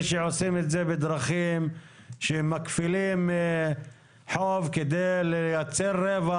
שעושים את זה בדרכים שהם מכפילים חוב כדי לייצר רווח.